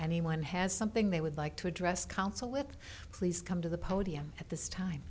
anyone has something they would like to address council with please come to the podium at this time